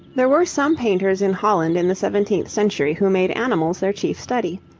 there were some painters in holland in the seventeenth century who made animals their chief study.